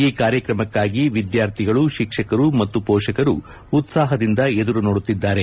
ಈ ಕಾರ್ಯಕ್ರಮಕ್ಕಾಗಿ ವಿದ್ಯಾರ್ಥಿಗಳು ಶಿಕ್ಷಕರು ಮತ್ತು ಪೋಷಕರು ಉತ್ಸಾಹದಿಂದ ಎದುರುನೊಡುತ್ತಿದ್ದಾರೆ